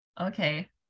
okay